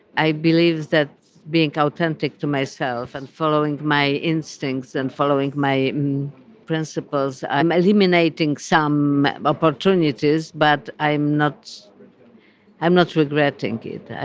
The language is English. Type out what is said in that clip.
i believe that being authentic to myself and following my instincts and following my principles, i'm eliminating some opportunities but i'm not i'm not regretting it.